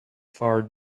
far